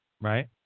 right